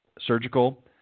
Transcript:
surgical